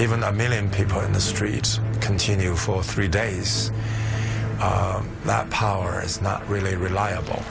even a million people in the streets continue for three days that power is not really reliable